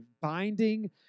binding